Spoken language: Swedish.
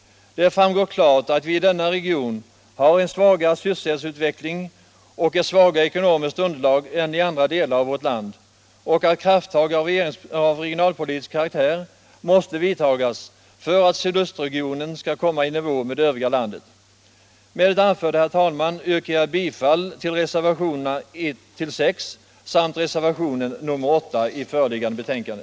Det framgår klart att vi i denna region har en svagare sysselsättningsutveckling och ett svagare ekonomiskt underlag än man har i andra delar av vårt land och att krafttag av regionalpolitisk karaktär måste tas för att sydostregionen skall komma i nivå med övriga landet. Med det anförda, herr talman, yrkar jag bifall till reservationerna 1-6 samt reservationen 8 i föreliggande betänkande.